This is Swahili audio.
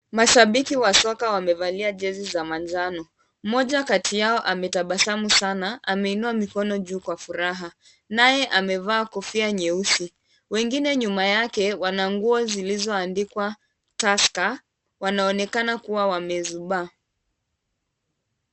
Mashabiki wa soka wamevalia jezi za manjano. Moja kati yao ametabasamu sana ameinua mkono juu kwa furaha naye amevalia kofia jeusi na wengine nyuma yake wana nguo zilizoandikwa tusker wanaonekana kuwa wamezuba.